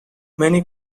many